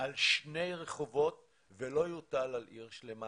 על שני רחובות, ולא יוטל על עיר שלמה.